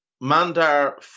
Mandar